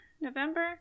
November